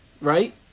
right